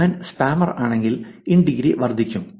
ഞാൻ സ്പാമർ ആണെങ്കിൽ in degree വർദ്ധിക്കും